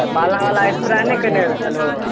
तऽ पालावला एस्प्रे नहि कएने छलहो